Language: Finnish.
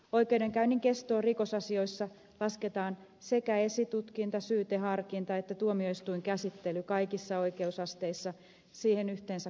oikeudenkäynnin kestoon rikosasioissa lasketaan sekä esitutkinta syyteharkinta että tuomioistuinkäsittely kaikissa oikeusasteissa ja siihen yhteensä kulunut aika